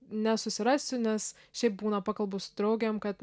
nesusirasiu nes šiaip būna pakalbu su draugėm kad